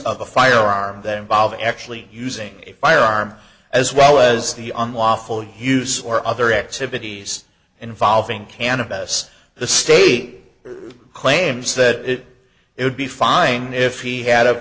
a firearm that involved actually using a firearm as well as the unlawful use or other activities involving cannabis the state claims that it would be fine if he had a